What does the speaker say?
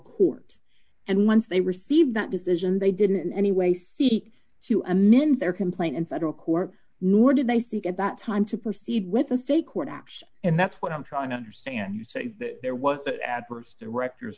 court and once they received that decision they didn't anyway seek to amend their complaint in federal court nor did they seek at that time to proceed with the state court action and that's what i'm trying to understand you say that there was an adverse directors